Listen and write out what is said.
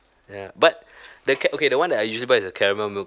ya but the ca~ okay the one that I usually buy is the caramel milk